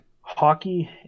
Hockey